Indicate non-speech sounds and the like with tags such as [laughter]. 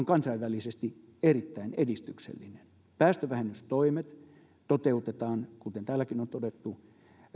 [unintelligible] kansainvälisesti erittäin edistyksellinen päästövähennystoimet toteutetaan kuten täälläkin on todettu